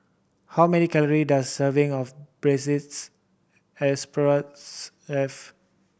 how many calory does a serving of braised have